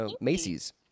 Macy's